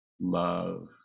love